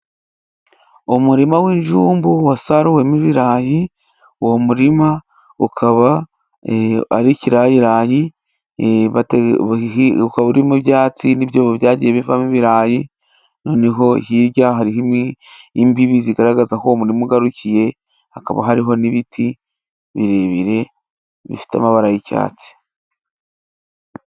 Umurima w'injumbu wasaruwemo ibirayi， uwo murima ukaba ari ikirayirayi，ukaba urimo ibyatsi n’ibyobo byagiye bivamo ibirayi，noneho hirya hariho imbibi zigaragaza aho uwo umurima ugarukiye，hakaba hariho n'ibiti birebire bifite amabara y'icyatsi.